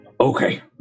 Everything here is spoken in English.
Okay